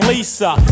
Lisa